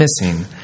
missing